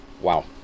Wow